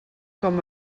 com